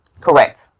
Correct